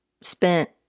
spent